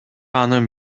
анын